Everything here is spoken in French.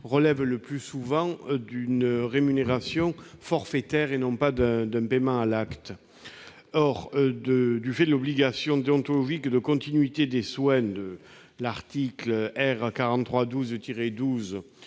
relève le plus souvent d'une rémunération forfaitaire, et non d'un paiement à l'acte. Or, du fait de l'obligation déontologique de continuité des soins édictée par l'article R. 4312-12